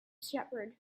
shepherd